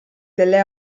delle